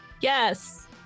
Yes